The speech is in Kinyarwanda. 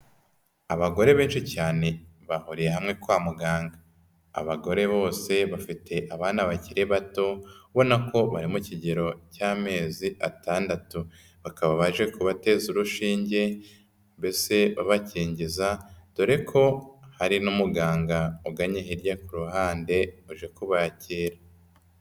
Abagore benshi cyane bahuriye hamwe kwa muganga, abagore bose bafite abana bakiri bato ubona ko bari mu kigero cy'amezi atandatu, bakaba baje kubateza urushinge mbese bakingiza dore ko hari n'umuganga ugannye hirya ku ruhande uje kubakira.